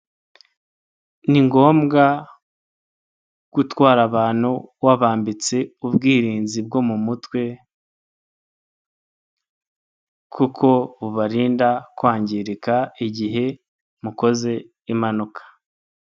Ni ngombwa gutwara abantu wabambitse ubwirinzi bwo mu mutwe kuko bubarinda kwangirika igihe mukoze impanuka.